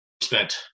spent